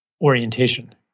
orientation